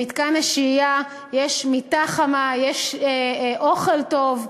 במתקן השהייה יש מיטה חמה, יש אוכל טוב,